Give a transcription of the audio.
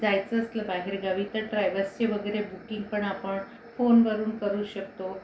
जायचं असलं बाहेरगावी तर ट्रायव्हल्सचे वगैरे बुकिंग पण आपण फोन करून करू शकतो